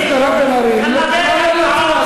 אמרתם "לא" לתוכנית החלוקה?